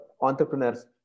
entrepreneurs